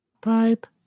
Pipe